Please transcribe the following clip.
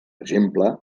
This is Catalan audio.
exemple